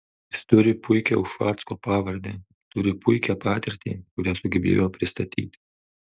jis turi puikią ušacko pavardę turi puikią patirtį kurią sugebėjo pristatyti